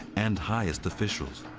and highest officials.